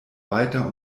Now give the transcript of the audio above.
weiter